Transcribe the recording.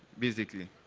basically